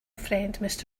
friend